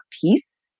peace